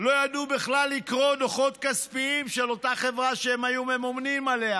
לא ידעו בכלל לקרוא דוחות כספיים של אותה חברה שהם היו ממונים עליה.